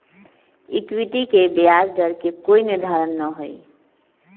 equity के ब्याज दर के कोई निर्धारण ना हई